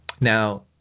Now